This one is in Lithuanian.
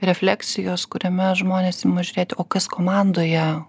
refleksijos kuriame žmonės ima žiūrėti o kas komandoje